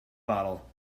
bottle